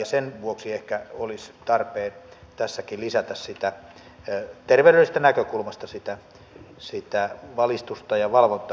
sen vuoksi ehkä olisi tarpeen tässäkin lisätä terveydellisestä näkökulmasta sitä valistusta ja valvontaa